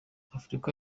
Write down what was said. afurika